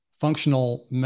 functional